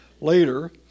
later